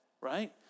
right